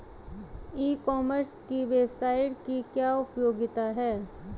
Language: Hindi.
ई कॉमर्स की वेबसाइट की क्या उपयोगिता है?